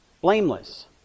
Blameless